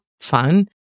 fun